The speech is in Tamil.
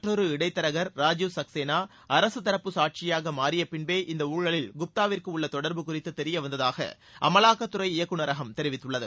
மற்றொரு இடைத்தரகர் ராஜீவ் சக்கேனா அரசு தரப்பு சாட்சியாக மாறிய பின்பே இந்த ஊழலில் குப்தாவிற்கு உள்ள தொடர்பு குறித்து தெரியவந்ததாக அமலாக்கத்துறை இயக்குநகரம் தெரிவித்துள்ளது